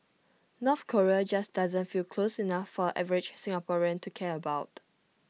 North Korea just doesn't feel close enough for the average Singaporean to care about